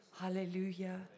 Hallelujah